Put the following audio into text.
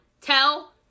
Tell